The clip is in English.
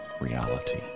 reality